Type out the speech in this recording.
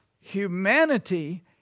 humanity